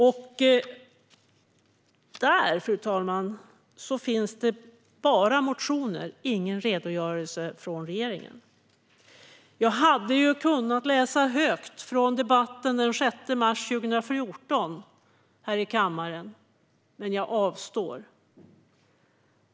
Där, fru talman, finns det bara motioner, ingen redogörelse från regeringen. Jag hade kunnat läsa högt från debatten den 6 mars 2014 här i kammaren, men jag avstår.